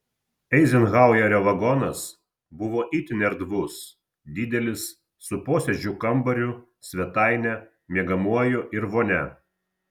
eizenhauerio vagonas buvo itin erdvus didelis su posėdžių kambariu svetaine miegamuoju ir vonia